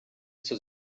zur